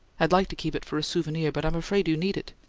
i'd like to keep it for a souvenir, but i'm afraid you need it!